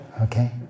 Okay